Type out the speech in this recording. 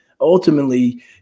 ultimately